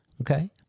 Okay